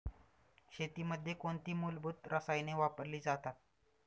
शेतीमध्ये कोणती मूलभूत रसायने वापरली जातात?